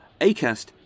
ACAST